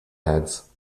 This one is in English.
ads